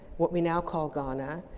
what we now call ghana,